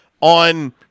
on